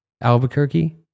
Albuquerque